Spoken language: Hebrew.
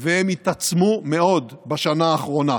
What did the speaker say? והם התעצמו מאוד בשנה האחרונה.